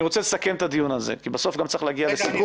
אני רוצה לסכם את הדיון הזה כי בסוף גם צריך להגיע לסיכום.